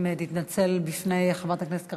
תתנצל בפני חברת הכנסת קארין אלהרר.